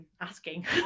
asking